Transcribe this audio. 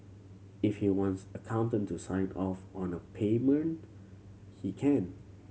if he wants accountant to sign off on a payment he can